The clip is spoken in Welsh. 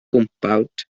gwmpawd